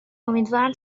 امیدوارم